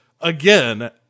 again